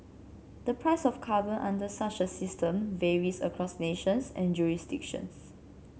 the price of carbon under such a system varies across nations and jurisdictions